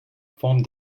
formed